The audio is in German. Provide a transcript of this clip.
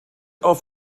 auf